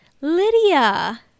Lydia